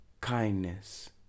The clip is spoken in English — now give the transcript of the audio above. kindness